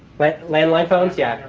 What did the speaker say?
but landline phones? yeah.